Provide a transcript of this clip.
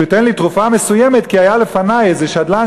שהוא ייתן לי תרופה מסוימת כי היה לפני איזה שדלן